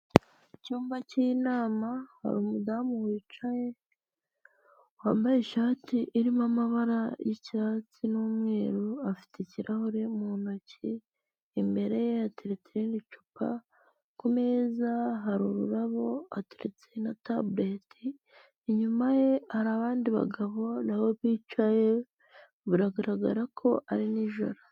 Icyumba cy'inama hari umudamu wicaye wambaye ishati irimo amabara y'icyatsi n'umweru, afite ikirahure mu ntoki, imbere ye hateretse irindi cupa, kumeza hari ururabo hateritse na tabureti inyuma ye hari abandi bagabo na bicaye, biragaragara ko ari nijoro.